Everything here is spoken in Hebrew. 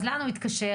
לאן הוא יתקשר?